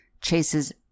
Chase's